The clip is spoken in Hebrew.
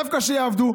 דווקא שיעבדו.